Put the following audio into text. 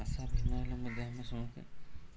ଆଶା ଭିନ୍ନ ହେଲେ ମଧ୍ୟ ଆମେ ସମସ୍ତେ